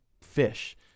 fish